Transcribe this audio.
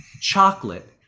chocolate